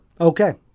Okay